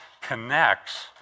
connects